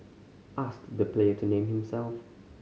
ask the player to name himself